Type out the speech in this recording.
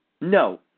No